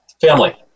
family